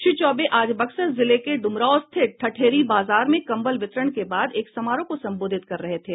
श्री चौबे आज बक्सर जिले के ड्रमराव स्थित ठठेरी बाजार में कंबल वितरण के बाद एक समारोह को संबोधित कर रहे थे